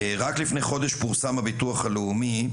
רק לפני חודש פורסם הביטוח הלאומי,